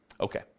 Okay